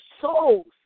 souls